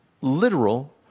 literal